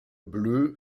bleu